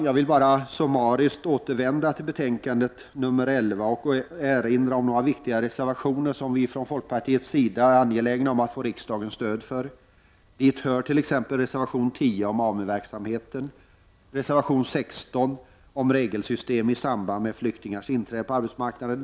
Jag återgår så till betänkande 11 för några summariska kommentarer. Jag vill nämligen erinra om några viktiga reservationer som vi i folkpartiet är angelägna om att riksdagen skall stödja. Det gäller t.ex. reservation 10 om AMU-verksamheten och reservation 16 om regelsystemet i samband med flyktingars inträde på arbetsmarknaden.